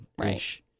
Right